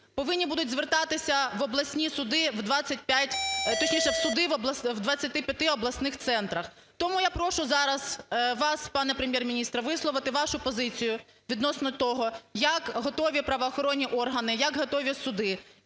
повинні будуть звертатися в обласні суди, точніше, в суди в 25 обласних центрах. Тому я прошу зараз вас, пане Прем'єр-міністре, висловити вашу позицію відносного того, як готові правоохоронні органи, як готові суди.